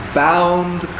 bound